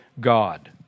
God